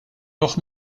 noch